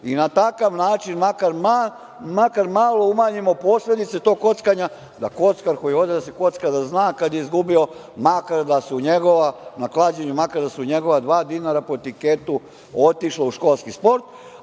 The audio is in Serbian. i na takav način, makar malo umanjimo posledice tog kockanja, da kockar koji ode da se kocka da zna kad je izgubio na klađenju, makar da su njegova dva dinara po tiketu otišla u školski sport. Kad